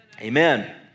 Amen